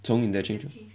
从 interchange